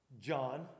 John